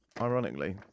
Ironically